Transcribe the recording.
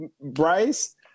Bryce